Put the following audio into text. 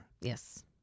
Yes